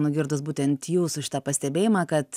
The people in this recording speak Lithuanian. nugirdus būtent jūsų šitą pastebėjimą kad